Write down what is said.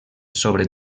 sobre